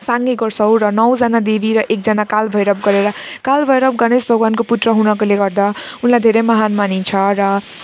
साङ्गे गर्छौँ र नौजना देवी र एकजना कालभैरव गरेर कालभैरव गणेश भगवानको पुत्र हुनाकोले गर्दा उनलाई धेरै महान मानिन्छ र